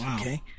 Okay